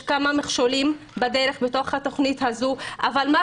יש כמה מכשולים בדרך בתוך התכנית הזו אבל מה